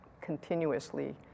continuously